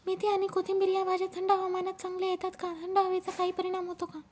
मेथी आणि कोथिंबिर या भाज्या थंड हवामानात चांगल्या येतात का? थंड हवेचा काही परिणाम होतो का?